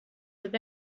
with